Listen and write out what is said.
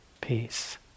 peace